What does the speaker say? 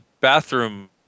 bathroom